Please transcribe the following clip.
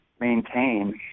maintain